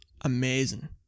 amazing